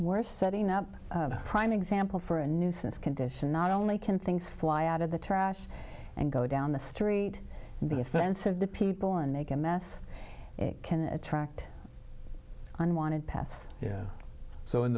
we're setting up a prime example for a nuisance condition not only can things fly out of the trash and go down the street and be offensive to people and make a mess it can attract unwonted path so in